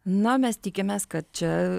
na mes tikimės kad čia